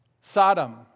Sodom